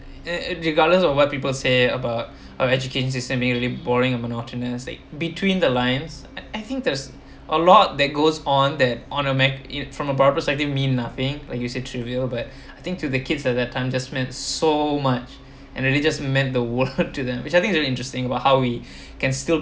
eh eh regardless of what people say about our education system being really boring and monotonous like between the lines I I think there's a lot that goes on that on a mac~ it from a pro-perceptive mean nothing like you said trivial but I think to the kids at that time just meant so much and really just meant the world to them which I think really interesting about how we can still